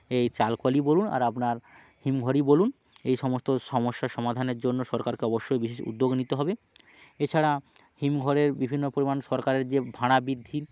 এই চাল কলই বলুন আর আপনার হিমঘরই বলুন এই সমস্ত সমস্যার সমাধানের জন্য সরকারকে অবশ্যই বিশেষ উদ্যোগ নিতে হবে এছাড়া হিমঘরের বিভিন্ন পরিমাণ সরকারের যে ভাড়া বিদ্ধির